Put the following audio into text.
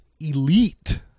elite